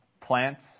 plants